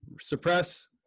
suppress